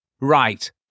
Right